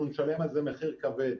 אנחנו נשלם על זה מחיר כבד.